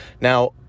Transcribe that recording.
Now